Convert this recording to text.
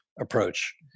approach